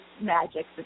magic